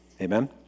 Amen